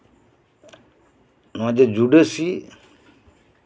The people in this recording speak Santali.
ᱱᱚᱶᱟ ᱡᱮ ᱡᱩᱰᱟᱹᱥᱤ